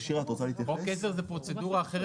חוק העזר זרו פרוצדורה אחר,